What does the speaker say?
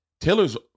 Taylor's